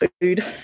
food